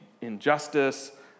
injustice